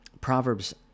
Proverbs